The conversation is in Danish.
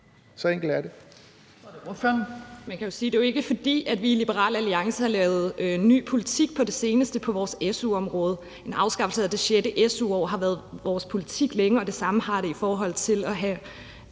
Så enkelt er det.